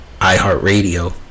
iHeartRadio